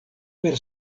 per